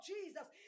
Jesus